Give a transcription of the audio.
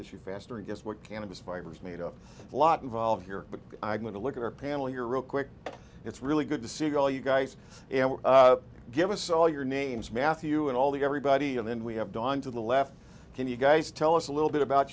tissue faster guess what cannabis fibers made of a lot involved here but i going to look at our panel your real quick it's really good to see all you guys give us all your names matthew and all the everybody and then we have gone to the left can you guys tell us a little bit about